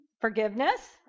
Forgiveness